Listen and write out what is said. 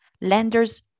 Lenders